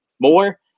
more